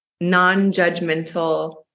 non-judgmental